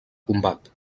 combat